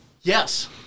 Yes